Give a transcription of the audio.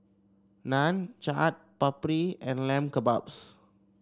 Naan Chaat Papri and Lamb Kebabs